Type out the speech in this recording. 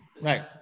Right